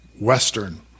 Western